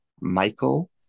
Michael